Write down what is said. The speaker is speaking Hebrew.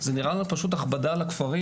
זה נראה לנו פשוט הכבדה על הכפרים.